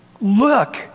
look